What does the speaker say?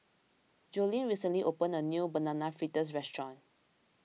Jolene recently opened a new Banana Fritters restaurant